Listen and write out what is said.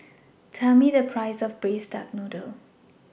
Tell Me The Price of Braised Duck Noodle